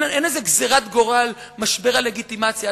אין איזו גזירת גורל של משבר הלגיטימציה.